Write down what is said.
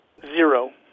Zero